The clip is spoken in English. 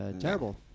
terrible